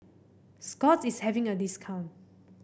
Scott's is having a discount